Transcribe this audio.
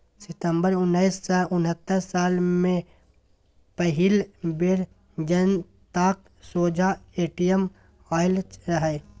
सितंबर उन्नैस सय उनहत्तर साल मे पहिल बेर जनताक सोंझाँ ए.टी.एम आएल रहय